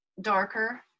darker